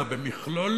אלא במכלול